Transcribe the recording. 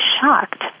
shocked